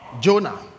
Jonah